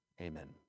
Amen